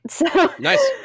Nice